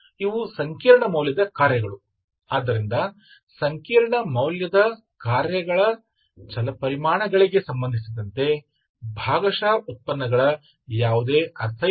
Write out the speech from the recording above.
ಆದ್ದರಿಂದ ಸಂಕೀರ್ಣ ಮೌಲ್ಯದ ಕಾರ್ಯಗಳ ಚಲಪರಿಮಾಣಗಳಿಗೆ ಸಂಬಂಧಿಸಿದಂತೆ ಭಾಗಶಃ ಉತ್ಪನ್ನಗಳ ಯಾವುದೇ ಅರ್ಥವಿಲ್ಲ